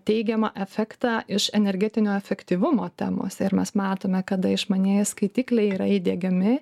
teigiamą efektą iš energetinio efektyvumo temose ir mes matome kada išmanieji skaitikliai yra įdiegiami